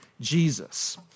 Jesus